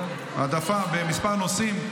העדפה בכמה נושאים.